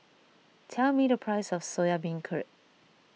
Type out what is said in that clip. tell me the price of Soya Beancurd